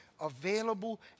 available